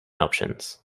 options